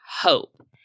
hope